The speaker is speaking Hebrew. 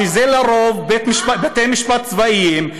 ואלה לרוב בתי-משפט צבאיים,